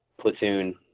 platoon